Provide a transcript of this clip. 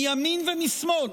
מימין ומשמאל,